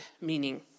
meaning